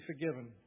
forgiven